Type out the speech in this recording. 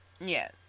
Yes